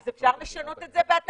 אז אפשר לשנות את זה בהתאמה,